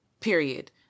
period